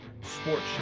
Sports